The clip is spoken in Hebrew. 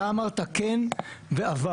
אתה אמרת כן ואבל.